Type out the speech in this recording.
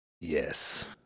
Yes